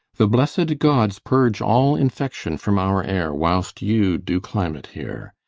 the blessed gods purge all infection from our air whilst you do climate here!